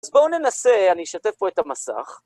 אז בואו ננסה, אני אשתף פה את המסך.